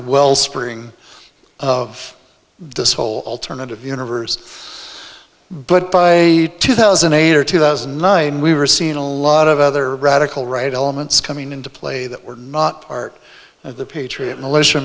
the wellspring of this whole alternative universe but by two thousand and eight or two thousand and nine we were seeing a lot of other radical right elements coming into play that were not part of the patriot militia